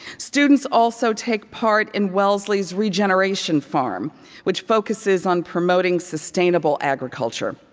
students also take part in wellesley's regeneration farm which focuses on promoting sustainable agriculture.